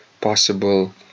possible